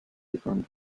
different